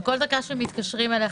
וכל דקה שמתקשרים אליך,